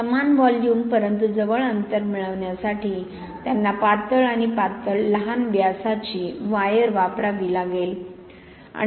समान व्हॉल्यूम परंतु जवळ अंतर मिळविण्यासाठी त्यांना पातळ आणि पातळ लहान व्यासाची वायर वापरावी लागेल